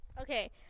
Okay